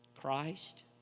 Christ